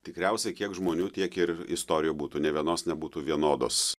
tikriausiai kiek žmonių tiek ir istorijų būtų nė vienos nebūtų vienodos